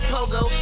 Pogo